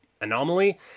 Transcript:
anomaly